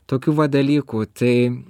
tokių va dalykų tai